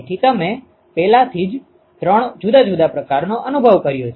તેથી તમે પહેલાથી જ ત્રણ જુદા જુદા પ્રકારનો અનુભવ કર્યો છે